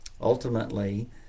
Ultimately